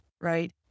right